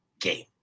game